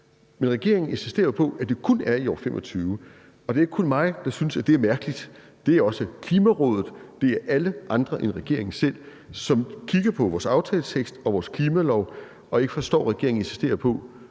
Men regeringen insisterer jo på, at det kun er i år 2025, og det er ikke kun mig, der synes, at det er mærkeligt. Det er også Klimarådet, og det er alle andre end regeringen selv, som kigger på vores aftaletekst og vores klimalov og ikke forstår, at regeringen insisterer på